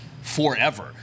forever